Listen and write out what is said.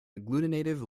agglutinative